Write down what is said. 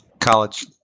college